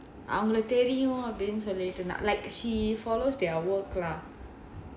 அவர்கள தெரியும் அப்டினு சொல்லிட்டு:avarkala theriyum apdinu sollittu like she follows their work lah